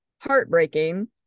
heartbreaking